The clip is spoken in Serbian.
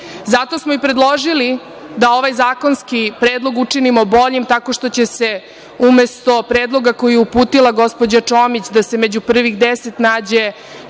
smo i predložili da ovaj zakonski predlog učinimo boljim tako što će se umesto predloga koji je uputila gospođa Čomić, da se među prvih deset nađu